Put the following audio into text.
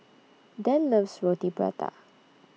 Dann loves Roti Prata